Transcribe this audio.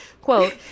quote